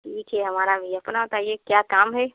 ठीक है हमारा भी अपना बताइए क्या काम है